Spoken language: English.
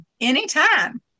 anytime